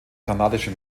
kanadische